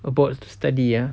aboard to study ya